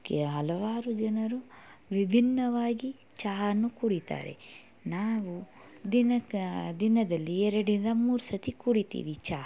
ಕ್ಯಾ ಹಲವಾರು ಜನರು ವಿಭಿನ್ನವಾಗಿ ಚಹ ಅನ್ನು ಕುಡಿತಾರೆ ನಾವು ದಿನಕ್ಕೆ ದಿನದಲ್ಲಿ ಎರಡು ಇಲ್ಲ ಮೂರು ಸರ್ತಿ ಕುಡಿತೀವಿ ಚಹ